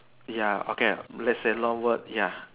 ya okay let's say long word ya